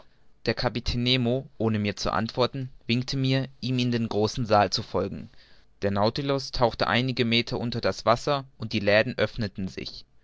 der kapitän nemo ohne mir zu antworten winkte mir ihm in den großen saal zu folgen der nautilus tauchte einige meter unter das wasser und die läden öffneten sich